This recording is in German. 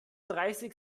dreißig